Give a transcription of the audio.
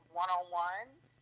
one-on-ones